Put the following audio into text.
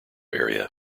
area